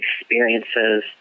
experiences